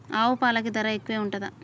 ఆవు పాలకి ధర ఎక్కువే ఉంటదా?